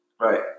Right